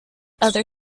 other